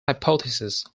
hypothesis